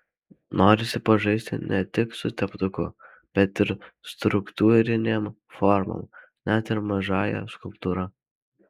norisi pažaisti ne tik su teptuku bet ir struktūrinėm formom net ir mažąja skulptūra